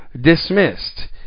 dismissed